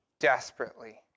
Desperately